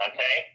Okay